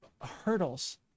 hurdles